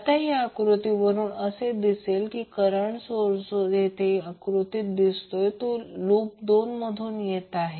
आता या आकृतीवरून असे दिसेल करंट सोर्स जो तेथे आकृती दिसतोय तो 2 लूप मधून येत आहे